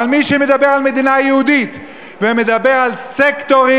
אבל מי שמדבר על מדינה יהודית ומדבר על סקטורים,